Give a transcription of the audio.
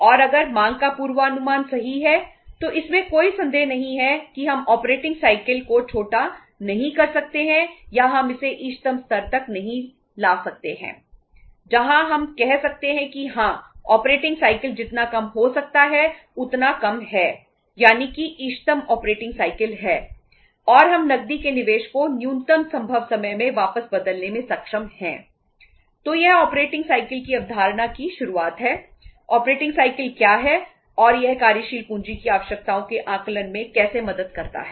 और अगर मांग का पूर्वानुमान सही है तो इसमें कोई संदेह नहीं है कि हम ऑपरेटिंग साइकिल की अवधारणा की शुरुआत है ऑपरेटिंग साइकिल क्या है और यह कार्यशील पूंजी की आवश्यकताओं के आकलन में कैसे मदद करता है